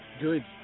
Good